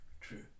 True